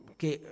che